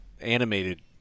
animated